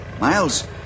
Miles